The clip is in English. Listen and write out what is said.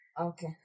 Okay